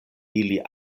ili